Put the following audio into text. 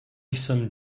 some